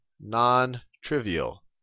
non-trivial